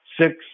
six